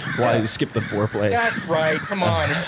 like skip the foreplay. that's right. come on.